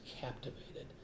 captivated